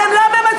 אתם לא ממצמצים,